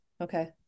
okay